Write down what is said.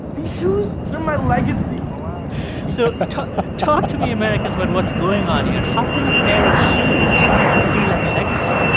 these shoes, they're my legacy ah so ah talk talk to me, americus, about but what's going on here. how can a pair of shoes feel like a legacy?